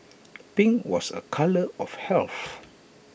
pink was A colour of health